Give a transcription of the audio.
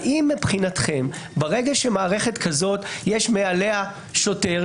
האם מבחינתכם ברגע שמערכת כזו יש מעליה שוטר,